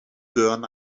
gehören